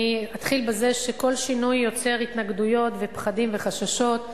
אני אתחיל בזה שכל שינוי יוצר התנגדויות ופחדים וחששות,